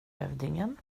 hövdingen